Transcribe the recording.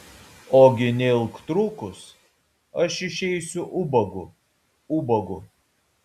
ogi neilgtrukus aš išeisiu ubagu ubagu